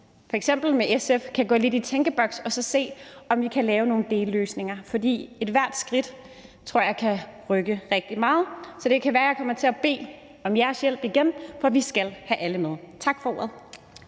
f.eks. med SF kan gå lidt i tænkeboks og så se, om vi kan lave nogle delløsninger, for ethvert skridt tror jeg kan rykke rigtig meget. Så det kan være, at jeg kommer til at bede om jeres hjælp igen, for vi skal have alle med. Tak for ordet.